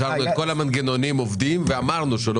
השארנו את כל המנגנונים עובדים ואמרנו שלא